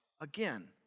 again